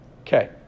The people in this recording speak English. Okay